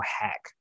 hack